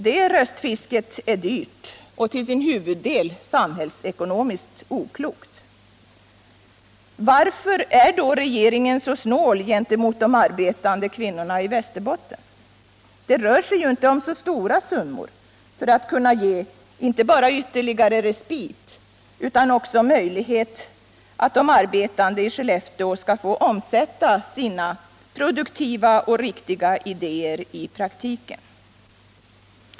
Det röstfisket är dyrt och till sin huvuddel samhällsekonomiskt oklokt. Varför är regeringen då så snål gentemot de arbetande kvinnorna i Västerbotten? Det rör sig ju inte om så stora summor för att kunna ge inte bara ytterligare respit utan också möjlighet för de arbetande i Skellefteå att få omsätta sina produktiva och riktiga idéer i praktiken.